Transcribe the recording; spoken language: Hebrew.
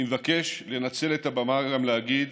אני מבקש לנצל את הבמה גם להגיד